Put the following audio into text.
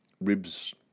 ribs